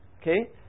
okay